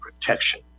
protection